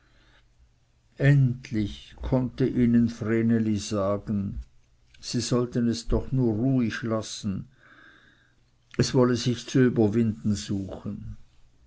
endlich konnte ihnen vreneli sagen sie sollten es doch nur ruhig lassen es wolle sich zu überwinden suchen